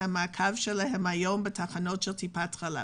המעקב שלהן היום בתחנות טיפות החלב,